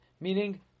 Meaning